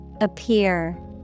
Appear